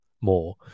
more